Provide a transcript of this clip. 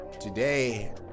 today